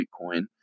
Bitcoin